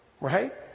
right